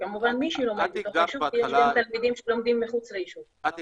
כלומר אנחנו נעים בין נתון של 4 עד 6 בתי